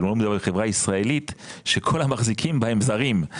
שלא תהיה חברה ישראלית וכל המחזיקים בה הם זרים.